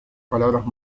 palabras